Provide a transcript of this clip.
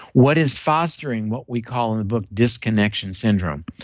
what is fostering what we call in the book disconnection syndrome?